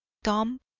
dumb